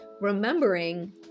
Remembering